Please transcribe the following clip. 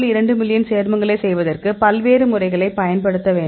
2 million சேர்மங்களைச் செய்வதற்குப் பல்வேறு முறைகளைப் பயன்படுத்த வேண்டும்